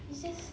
it's just